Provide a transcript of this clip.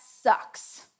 sucks